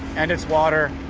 and its water,